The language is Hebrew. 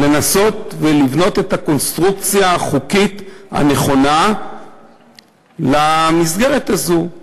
לנסות ולבנות את הקונסטרוקציה החוקית הנכונה למסגרת הזאת.